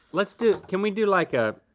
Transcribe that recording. let's do, can we do like a?